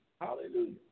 Hallelujah